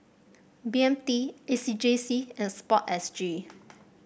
B M T A C J C and sport S G